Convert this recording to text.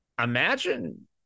Imagine